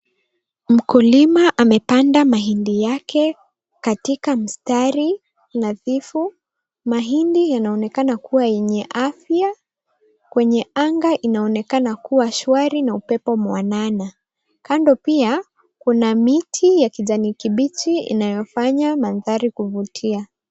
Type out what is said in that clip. Mkulima amepanda mahindi yake katika mstari nadhifu. Mahindi yanaonekana kuwa yenye afya. Kwenye anga inaonekana kuwa shwari na upepo mwanana. Kando pia, kuna miti ya kijani kibichi inayofanya mandhari kuvutia.